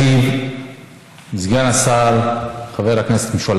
ישיב סגן השר חבר הכנסת משולם